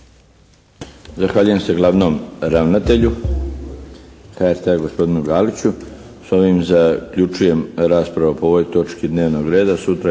Zahvaljujem se glavnom ravnatelju HRT-a gospodinu Galiću. S ovim zaključujem raspravu po ovoj točci dnevnog reda. Sutra